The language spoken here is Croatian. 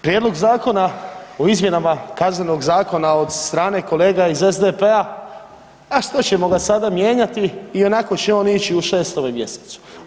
Prijedlog zakona o izmjenama Kaznenog zakona od strane kolega iz SDP-a, a što ćemo ga sada mijenjati ionako će on ići u 6. mjesecu.